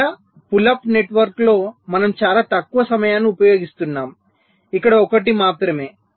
ఇక్కడ pull up నెట్వర్క్లో మనము చాలా తక్కువ సమయాన్ని ఉపయోగిస్తున్నాము ఇక్కడ ఒకటి మాత్రమే